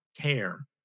care